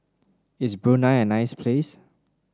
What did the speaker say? is Brunei a nice place